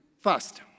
first